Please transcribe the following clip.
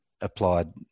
applied